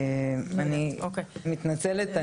אני מתנצלת,